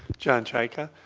john czajka.